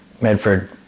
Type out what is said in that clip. Medford